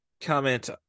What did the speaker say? comment